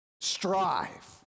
Strive